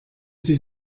sie